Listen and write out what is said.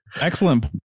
Excellent